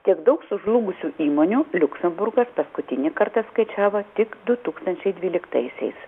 tiek daug sužlugusių įmonių liuksemburgas paskutinį kartą skaičiavo tik du tūkstančiai dvyliktaisiais